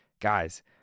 Guys